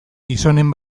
gizonen